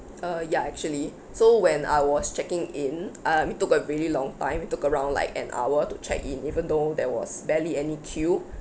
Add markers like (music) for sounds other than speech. uh ya actually so when I was checking in uh we took a really long time we took around like an hour to check in even though there was barely any queue (breath)